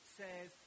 says